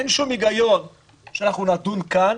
אין שום היגיון שנדון כאן